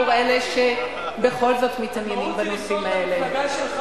עבור אלה שבכל זאת מתעניינים בנושאים האלה.